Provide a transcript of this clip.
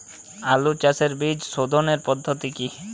আলু চাষের বীজ সোধনের পদ্ধতি কি?